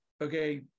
okay